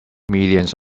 millions